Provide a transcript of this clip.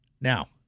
Now